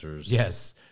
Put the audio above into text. Yes